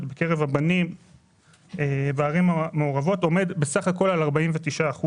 בקרב הבנים בערים המעורבות עומד בסך הכול על 49%,